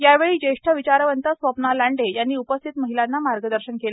यावेळी ज्येष्ठ विचारवंत स्वप्ना लांडे यांनी उपस्थित महिलांना मार्गदर्शन केले